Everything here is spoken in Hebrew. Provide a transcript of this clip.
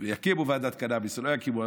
יקימו ועדת קנביס, לא יקימו.